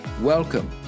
Welcome